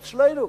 אצלנו,